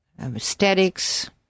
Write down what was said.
Aesthetics